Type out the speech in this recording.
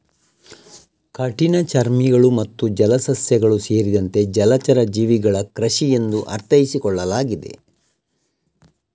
ಕಠಿಣಚರ್ಮಿಗಳು ಮತ್ತು ಜಲಸಸ್ಯಗಳು ಸೇರಿದಂತೆ ಜಲಚರ ಜೀವಿಗಳ ಕೃಷಿ ಎಂದು ಅರ್ಥೈಸಿಕೊಳ್ಳಲಾಗಿದೆ